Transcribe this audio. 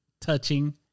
touching